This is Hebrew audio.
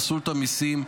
רשות המיסים,